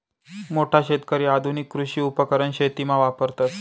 मोठा शेतकरी आधुनिक कृषी उपकरण शेतीमा वापरतस